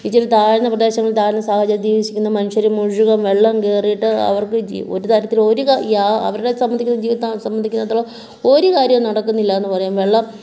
ഇച്ചിരി താഴ്ന്ന പ്രദേശങ്ങളിൽ താഴ്ന്ന സാഹചര്യത്തിൽ ജീവിക്കുന്ന മനുഷ്യർ മുഴുവൻ വെള്ളം കയറിയിട്ട് അവർക്ക് ജീ ഒരുതരത്തിലും ഒരു കാ യാ അവരെ സംബന്ധിക്കുന്നിടത്തോളം ഒരു കാര്യവും നടക്കുന്നില്ല എന്ന് പറയാം വെള്ളം